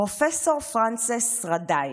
פרופ' פרנסס רדאי,